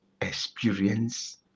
experience